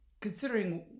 Considering